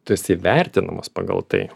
tu esi vertinamas pagal tai